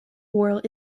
world